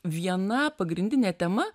viena pagrindinė tema